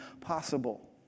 possible